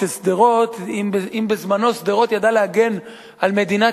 אם בזמנה שדרות ידעה להגן על מדינת